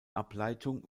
ableitung